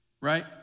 Right